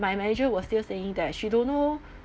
my manager was still saying that she don't know